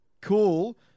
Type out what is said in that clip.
cool